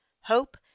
hope